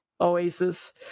oasis